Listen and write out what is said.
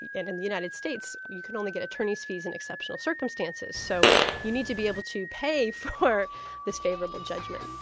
and in the united states you can only get attorneys fees in exceptional circumstances, so you need to be able to pay for this favourable judgment.